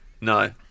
No